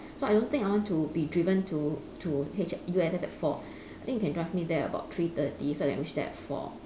so I don't think I want to be driven to to H U_S_S at four I think you can drive me there about three thirty so I can reach there at four